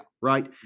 right